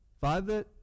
Five